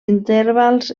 intervals